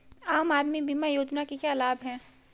आम आदमी बीमा योजना के क्या लाभ हैं?